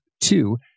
two